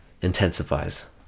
Intensifies